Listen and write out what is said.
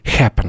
Happen